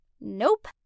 Nope